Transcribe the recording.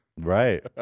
Right